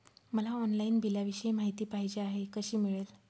मला ऑनलाईन बिलाविषयी माहिती पाहिजे आहे, कशी मिळेल?